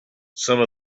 some